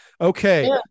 okay